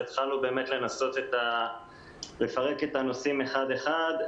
והתחלנו לנסות לפרק את הנושאים אחד-אחד.